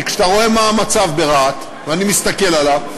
כי כשאתה רואה מה המצב ברהט, ואני מסתכל עליו,